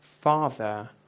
Father